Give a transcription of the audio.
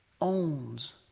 owns